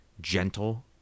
gentle